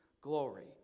glory